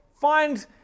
find